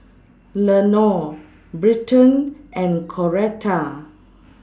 Lenore Britton and Coretta